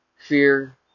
Fear